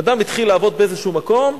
אדם התחיל לעבוד באיזה מקום,